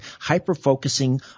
hyper-focusing